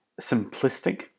simplistic